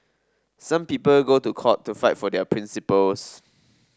some people go to court to fight for their principles